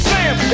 Sam